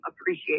appreciate